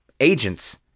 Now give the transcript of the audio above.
agents